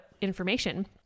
information